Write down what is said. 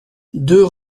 deux